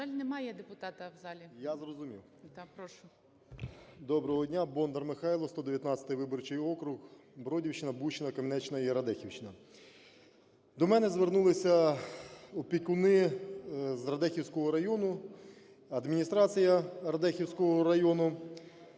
Доброго дня. Бондар Михайло, 119 виборчий округ, Бродівщина. Бущина, Кам'янеччина і Радехівщина. До мене звернулися опікуни з Радехівського району, адміністрація Радехівського району